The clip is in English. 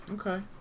Okay